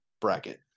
bracket